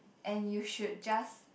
and you should just